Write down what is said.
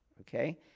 Okay